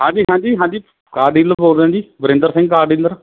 ਹਾਂਜੀ ਹਾਂਜੀ ਹਾਂਜੀ ਕਾਰ ਡੀਲਰ ਬੋਲਦਾਂ ਜੀ ਵਰਿੰਦਰ ਸਿੰਘ ਕਾਰ ਡੀਲਰ